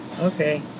Okay